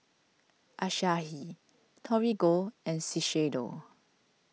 Asahi Torigo and Shiseido